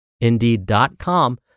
indeed.com